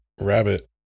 rabbit